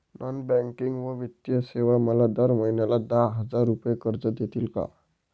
Non banking व वित्तीय सेवा मला दर महिन्याला दहा हजार रुपये कर्ज देतील का?